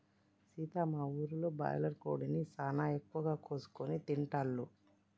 సీత మా ఊరిలో బాయిలర్ కోడిని సానా ఎక్కువగా కోసుకొని తింటాల్లు